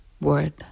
word